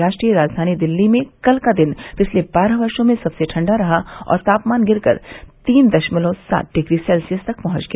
राष्ट्रीय राजधानी दिल्ली में कल का दिन पिछले बारह वर्षो में सबसे ठंडा रहा और तापमान गिरकर तीन दशमलव सात डिग्री सेलसियस तक पहुंच गया